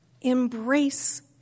embrace